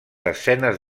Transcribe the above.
escenes